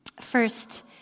First